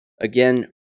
Again